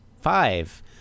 five